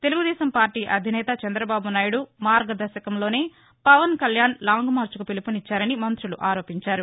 Telugu Desam party అధినేత చంద్రబాబు నాయుడు మార్గదర్శకంలోనే Pawan Kalyan long march కు పిలుపునిచ్చారని మంత్రులు ఆరోపించారు